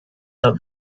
that